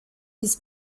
his